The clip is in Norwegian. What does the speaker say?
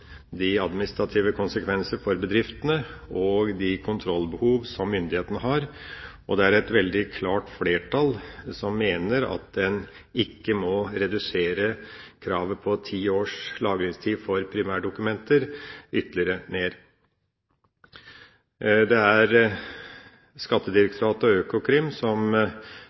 de administrative konsekvenser for bedriftene og de kontrollbehov som myndighetene har, og det er et veldig klart flertall som mener at en ikke må redusere kravet om ti års lagringstid for primærdokumenter ytterligere ned. Det er Skattedirektoratets og Økokrims syn som